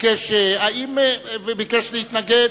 ביקש להתנגד.